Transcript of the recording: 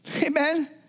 Amen